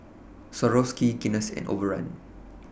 Swarovski Guinness and Overrun